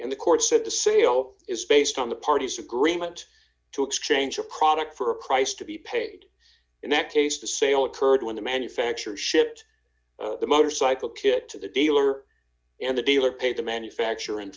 and the courts have to say zero is based on the parties agreement to exchange a product for a price to be paid in that case the sale occurred when the manufacturer shipped the motorcycle kit to the dealer and the dealer paid the manufactur